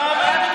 אבל,